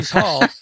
Hall